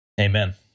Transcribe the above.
Amen